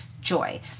joy